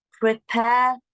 prepare